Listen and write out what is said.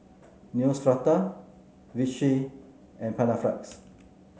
Neostrata Vichy and Panaflex